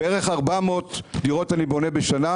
אני בונה בערך 400 דירות בשנה,